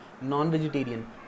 non-vegetarian